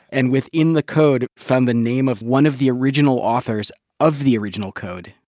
and within the code, found the name of one of the original authors of the original code,